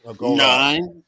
Nine